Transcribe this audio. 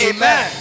Amen